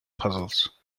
puzzles